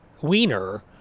wiener